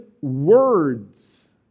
words